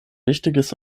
wichtiges